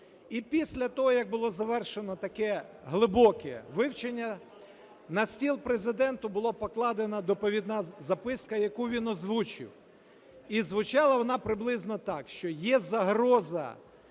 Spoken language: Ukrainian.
І після того як було завершено таке глибоке вивчення, на стіл Президенту була покладена доповідна записка, яку він озвучив, і звучала вона приблизно так: що є загроза